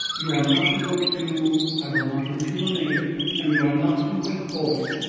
you are not to go to i will not mention the name and you are not to wait for me.